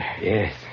Yes